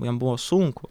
jam buvo sunku